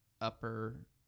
upper